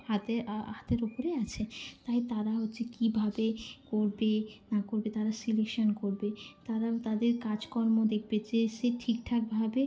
হাতে আ হাতের উপরেই আছে তাই তারা হচ্ছে কিভাবে করবে না করবে তারা সিলেকশন করবে তারা তাদের কাজকর্ম দেখবে যে সে ঠিক ঠাকভাবে